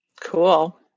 Cool